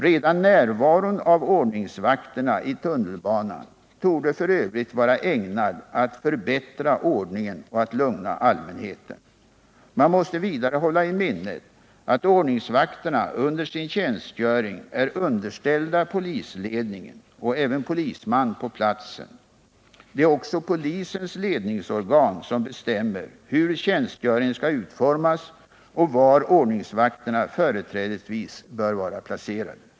Redan närvaron av ordningsvakterna i tunnelbanan torde f. ö. vara ägnad att förbättra ordningen och att lugna allmänheten. Man måste vidare hålla i minnet att ordningsvakterna under sin tjänstgöring är underställda polisledningen och även polisman på platsen. Det är också polisens ledningsorgan som bestämmer hur tjänstgöringen skall utformas och var ordningsvakterna företrädesvis bör vara placerade.